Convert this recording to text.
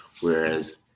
whereas